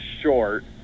short